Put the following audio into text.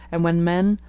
and when men,